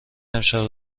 امشب